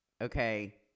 Okay